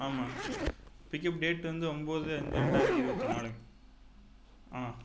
ஆமாங்க pickup date வந்து ஒன்பது அஞ்சு ரெண்டாயிரத்தி இருபத்தி நாலூங்க ஆ